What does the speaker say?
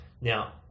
now